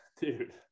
Dude